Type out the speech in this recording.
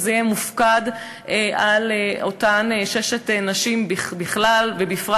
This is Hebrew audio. ועל זה יהיו מופקדות אותן שש נשים בפרט,